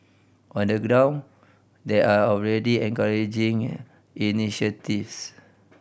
on the ground there are already encouraging initiatives